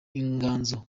inganzo